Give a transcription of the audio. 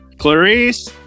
Clarice